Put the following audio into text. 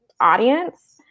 audience